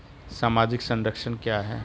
सामाजिक संरक्षण क्या है?